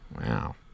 Wow